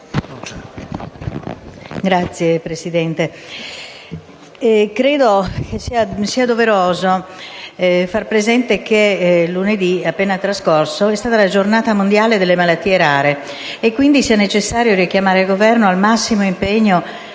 Signor Presidente, credo che sia doveroso far presente che lunedì scorso è stata la giornata mondiale della malattie rare e quindi sia necessario richiamare il Governo al massimo impegno